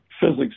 physics